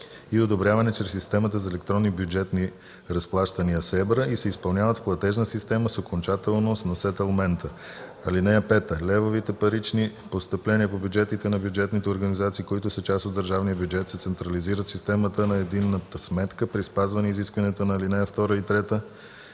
и одобряване чрез системата за електронни бюджетни разплащания (СЕБРА) и се изпълняват в платежна система с окончателност на сетълмента. (5) Левовите парични постъпления по бюджетите на бюджетните организации, които са част от държавния бюджет, се централизират в системата на единната сметка при спазване изискванията на ал. 2 и 3,